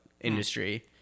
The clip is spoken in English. industry